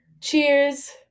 Cheers